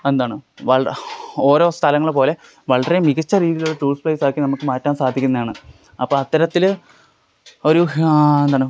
എന്താണ് വള ഓരോ സ്ഥലങ്ങള് പോലെ വളരെ മികച്ച രീതിയിൽ ടൂറിസ്റ്റ് പ്ലേസ് ആക്കി നമുക്ക് മാറ്റാൻ സാധിക്കുന്നതാണ് അപ്പോള് അത്തരത്തില് ഒരു എന്താണ്